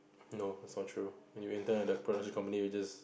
no it's not true when you enter the production company you just